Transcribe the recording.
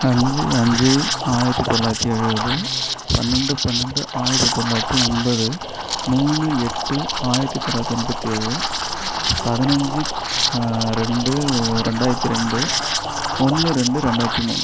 அஞ்சு அஞ்சு ஆயிரத்து தொள்ளாயிரத்தி எழுபது பன்னெண்டு பன்னெண்டு ஆயிரத்து தொள்ளாயிரத்தி ஐம்பது மூணு எட்டு ஆயிரத்து தொள்ளாயிரத்தி எண்பத்து ஏழு பதினஞ்சு ரெண்டு ஒ ரெண்டாயிரத்து ரெண்டு ஒன்று ரெண்டு ரெண்டாயிரத்து மூணு